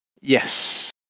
Yes